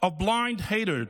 of blind hatred.